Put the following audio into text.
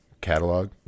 catalog